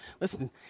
Listen